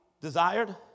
desired